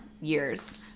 years